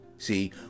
See